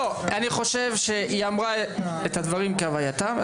אני חושב שהיא אמרה את הדברים כהווייתם,